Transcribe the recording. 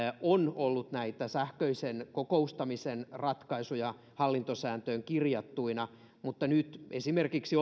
on ollut näitä sähköisen kokoustamisen ratkaisuja hallintosääntöön kirjattuina mutta nyt esimerkiksi